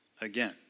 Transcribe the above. again